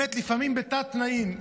לפעמים בתת-תנאים,